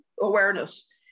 awareness